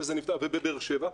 בבאר שבע.